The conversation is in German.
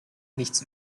nichts